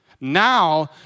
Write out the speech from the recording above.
Now